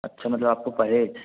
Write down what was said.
अच्छा मतलब आपको परहेज